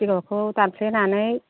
जिगाबखौ दानफ्लेनानै